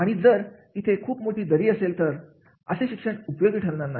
आणि जर येथे खूप मोठी दरी असेल तर असे शिक्षण उपयोगी ठरणार नाही